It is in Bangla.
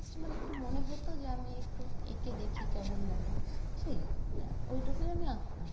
কাস্টমার একটু মনে হতো যে আমি একটু এঁকে দেখি কেমন লাগে সেই ওইটুকুই আমি আঁকতাম